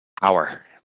Power